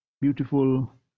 beautiful